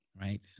right